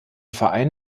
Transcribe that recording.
verein